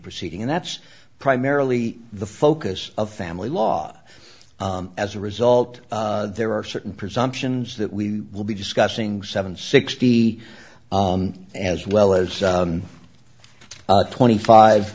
proceeding and that's primarily the focus of family law as a result there are certain presumptions that we will be discussing seven sixty as well as twenty five